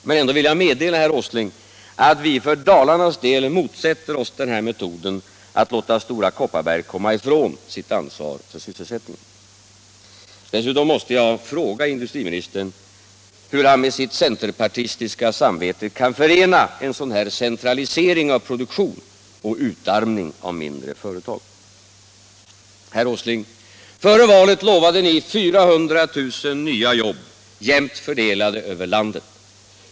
Men ändå vill jag meddela herr Åsling att vi för Dalarnas Fredagen den del motsätter oss den här metoden att låta Stora Kopperberg komma 10 december 1976 ifrån sitt ansvar för sysselsättningen. Dessutom måste jag fråga industriministern hur han med sitt centerpartistiska samvete kan försvara - Om åtgärder för att en sådan här centralisering av produktion och utarmning av mindre fö — säkra sysselsättretag. ningen inom Herr Åsling, före valet lovade ni 400 000 nya jobb, jämnt fördelade = järn och stålinduöver landet.